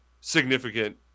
significant